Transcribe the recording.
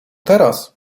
teraz